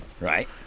Right